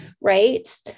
right